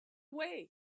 way